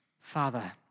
Father